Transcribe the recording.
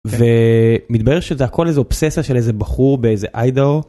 ומתברר שזה הכל איזה אובססיה של איזה בחור באיזה איידהו